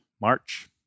march